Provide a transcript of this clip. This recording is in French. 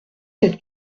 cette